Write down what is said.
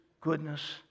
goodness